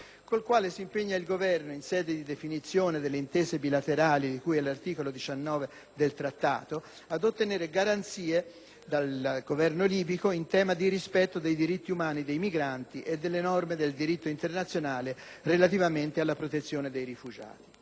col quale si impegna il Governo, in sede di definizione delle intese bilaterali di cui all'articolo 19 del Trattato, ad ottenere garanzie dal Governo libico in tema di rispetto dei diritti umani dei migranti e delle norme del diritto internazionale relativamente alla protezione dei rifugiati.